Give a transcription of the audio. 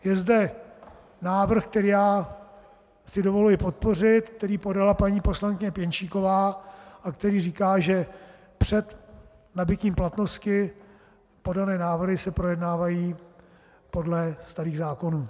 Je zde návrh, který já si dovoluji podpořit, který podala paní poslankyně Pěnčíková a který říká, že před nabytím platnosti se podané návrhy projednávají podle starých zákonů.